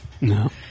No